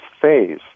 phase